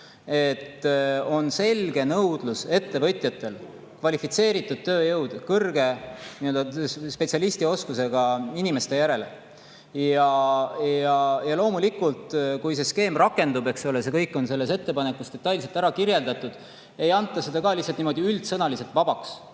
On selge ettevõtjate nõudlus kvalifitseeritud tööjõu, spetsialistioskustega inimeste järele. Ja loomulikult, kui see skeem rakendub – eks ole, see kõik on selles ettepanekus detailselt ära kirjeldatud –, ei anta seda ka lihtsalt niimoodi üldsõnaliselt vabaks,